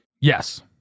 Yes